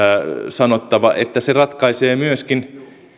sanottava se ratkaisee myöskin